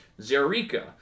Zerika